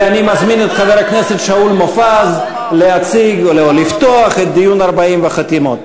אני מזמין את חבר הכנסת שאול מופז לפתוח את דיון 40 החתימות.